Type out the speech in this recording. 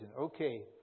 Okay